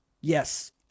Yes